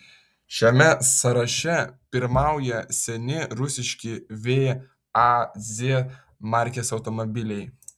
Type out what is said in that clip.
šiame sąraše pirmauja seni rusiški vaz markės automobiliai